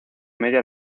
media